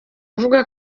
avuga